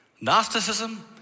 Gnosticism